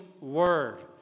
word